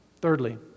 Thirdly